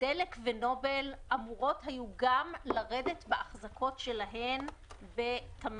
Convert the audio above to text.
דלק ונובל היו אמורות לרדת גם בהחזקות שלהן בתמר.